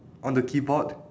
on the keyboard